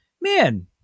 man